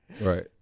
Right